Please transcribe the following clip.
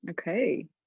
Okay